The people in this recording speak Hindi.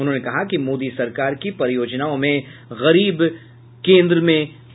उन्होंन कहा कि मोदी सरकार की परियोजनाओं में गरीब लोग केन्द्र में हैं